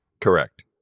Correct